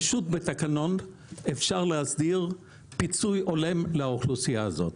פשוט בתקנות אפשר להסדיר פיצוי הולם לאוכלוסייה הזאת.